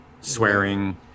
swearing